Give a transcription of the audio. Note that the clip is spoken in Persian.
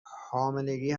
حاملگی